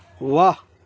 ਵਾਹ